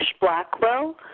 Blackwell